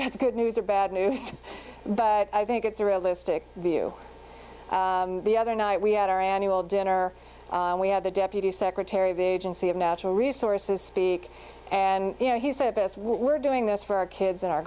that's good news or bad news but i think it's a realistic view the other night we had our annual dinner and we had the deputy secretary of the agency of natural resources speak and you know he said this what we're doing this for our kids and our